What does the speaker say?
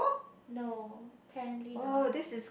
no apparently not